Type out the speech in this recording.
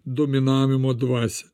dominavimo dvasią